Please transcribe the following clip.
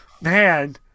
Man